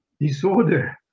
disorder